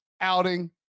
outing